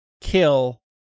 kill